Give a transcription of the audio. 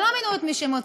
ולא מינו את מי שהם רצו,